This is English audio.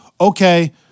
okay